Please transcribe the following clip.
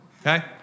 okay